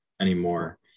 anymore